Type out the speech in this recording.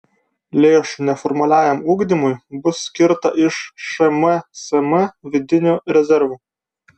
lėšų neformaliajam ugdymui bus skirta iš šmsm vidinių rezervų